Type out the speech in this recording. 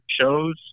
shows